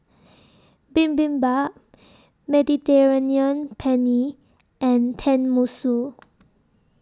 Bibimbap Mediterranean Penne and Tenmusu